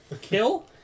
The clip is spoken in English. Kill